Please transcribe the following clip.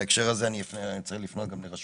יש מן